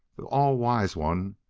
the all-wise one?